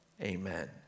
amen